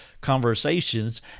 conversations